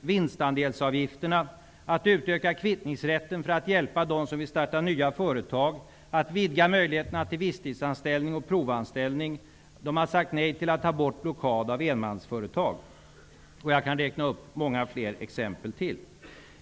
vinstandelsavgifterna, till att utöka kvittningsrätten för att hjälpa dem som vill starta nya företag, till att vidga möjligheterna till visstidsanställning och provanställning och till att ta bort blockad av enmansföretag. Jag kan räkna upp många ytterligare exempel.